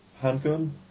Handgun